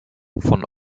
von